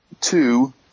two